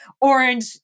orange